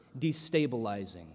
destabilizing